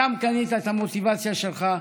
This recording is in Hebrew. שם קנית את המוטיבציה שלך,